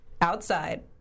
outside